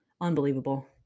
unbelievable